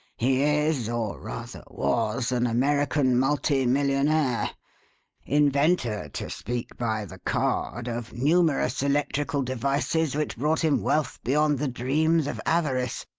he is or, rather, was an american multi-millionaire inventor, to speak by the card, of numerous electrical devices which brought him wealth beyond the dreams of avarice,